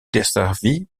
desservies